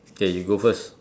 okay you go first